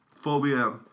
phobia